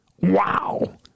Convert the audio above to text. Wow